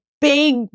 big